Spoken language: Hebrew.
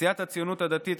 סיעת הציונות הדתית,